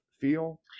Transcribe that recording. feel